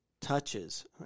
touches